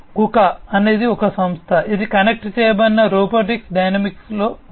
కుకా అనేది ఒక సంస్థ ఇది కనెక్ట్ చేయబడిన రోబోటిక్స్ డొమైన్లో ఉంది